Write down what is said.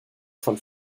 von